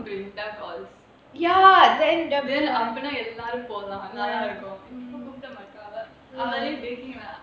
அப்போன எல்லோரும் போலாம் நல்லாருக்கும் இப்போ கூப்பிடமாட்டாலா அவளும்:appona ellorum polaam nallarukkum ippo koopidamaataalaa avalum daily